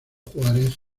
juárez